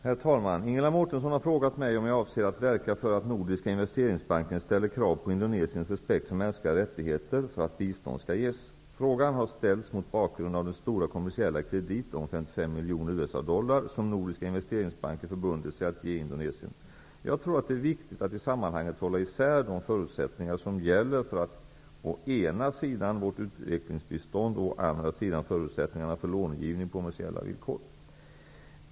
Herr talman! Ingela Mårtensson har frågat mig om jag avser att verka för att Nordiska investeringsbanken ställer krav på Indonesiens respekt för mänskliga rättigheter för att bistånd skall ges. Frågan har ställts mot bakgrund av den stora kommersiella kredit om 55 miljoner US-dollar, som Nordiska investeringsbanken förbundit sig att ge Indonesien. Jag tror att det är viktigt att i sammanhanget hålla isär de förutsättningar som gäller för å ena sidan vårt utvecklingsbistånd och å andra sidan förutsättningarna för lånegivning på kommersiella villkor.